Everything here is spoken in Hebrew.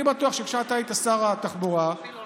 אני בטוח שכשאתה היית שר התחבורה, אותי לא ניהלו.